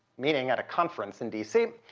meeting at a conference in dc.